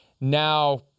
now